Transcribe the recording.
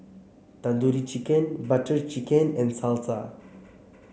Tandoori Chicken Butter Chicken and Salsa